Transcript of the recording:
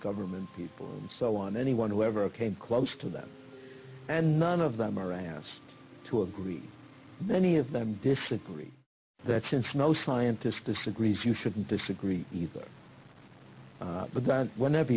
government people and so on anyone who ever came close to them and none of them are i have to agree many of them disagree that since no scientist disagrees you shouldn't disagree either but that whenever